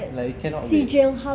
like you cannot wait